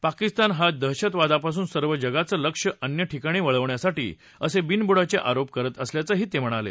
पाकिस्तान हा दहशतवादापासून सर्व जगाचं लक्ष अन्य ठिकाणी वळवण्यासाठी असे बिनबुडाचे आरोप करत असल्याचंही ते म्हणाले